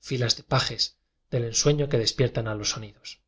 filas de pajes del ensueño que despiertan a los sonidos